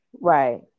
right